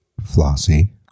Flossy